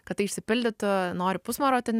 kad tai išsipildytų noriu pusmaratonį